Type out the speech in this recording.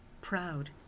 proud